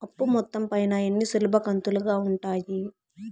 అప్పు మొత్తం పైన ఎన్ని సులభ కంతులుగా ఉంటాయి?